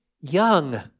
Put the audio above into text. young